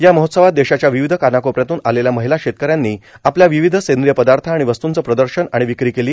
या महोत्सवात देशाच्या विविध कानाकोपऱ्यातून आलेल्या महिला शेतकऱ्यांनी आपल्या विविध सेंद्रिय पदार्थ आणि वस्तूंचे प्रदर्शन आणि विक्री केली